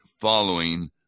following